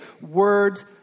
words